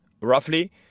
roughly